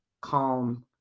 calm